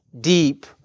deep